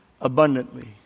abundantly